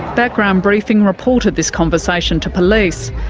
background briefing reported this conversation to police.